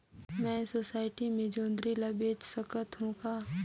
मैं सोसायटी मे जोंदरी ला बेच सकत हो का?